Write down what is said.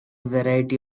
variety